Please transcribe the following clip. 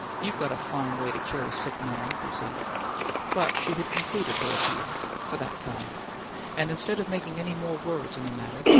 you've got a fine way to cure a sick man! he said but she had concluded her appeal for that time and instead of making any more words in the matter,